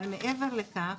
אבל מעבר לכך,